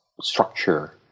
structure